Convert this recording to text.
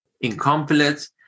incomplete